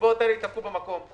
והקצבאות האלה יעמדו במקום.